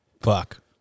Fuck